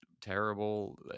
terrible